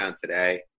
today